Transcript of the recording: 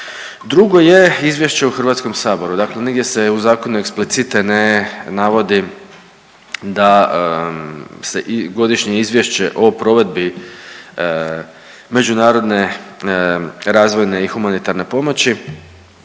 Drugo je izvješće u Hrvatskom saboru. Dakle, nigdje se u zakonu eksplicite ne navodi da se Godišnje izvješće o provedbi međunarodne razvojne i humanitarne pomoći